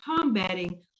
combating